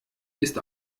ist